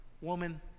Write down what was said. Woman